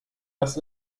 dass